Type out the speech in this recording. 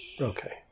Okay